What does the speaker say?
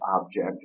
object